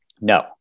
No